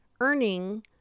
earning